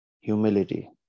humility